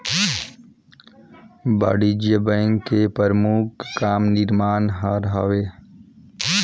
वाणिज्य बेंक के परमुख काम निरमान हर हवे